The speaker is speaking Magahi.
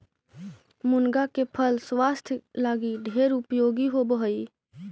मुनगा के फल स्वास्थ्य लागी ढेर उपयोगी होब हई